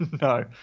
no